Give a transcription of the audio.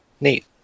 neat